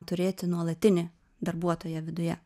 turėti nuolatinį darbuotoją viduje